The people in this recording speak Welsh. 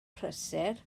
prysur